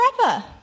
forever